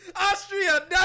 Austria